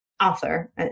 author